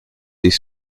des